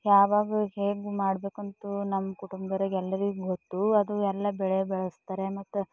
ಯಾವಾಗೋ ಹೇಗೂ ಮಾಡ್ಬೇಕಂತ ನಮ್ಮ ಕುಟುಂಬರೆಗೆ ಎಲ್ಲರಿಗೂ ಗೊತ್ತು ಅದು ಎಲ್ಲ ಬೆಳೆ ಬೆಳೆಸ್ತಾರೆ ಮತ್ತು